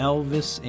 Elvis